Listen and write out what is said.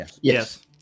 Yes